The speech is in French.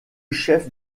chef